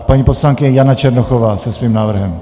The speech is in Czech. Paní poslankyně Jana Černochová se svým návrhem.